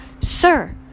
sir